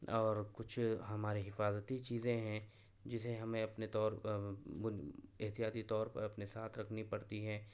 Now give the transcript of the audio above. اور کچھ ہمارے حفاظتی چیزیں ہیں جسے ہمیں اپنے طور پر بن احتیاطی طور پر اپنے ساتھ رکھنی پڑتی ہیں